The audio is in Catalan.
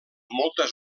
moltes